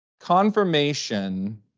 confirmation